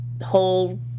whole